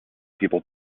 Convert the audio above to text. people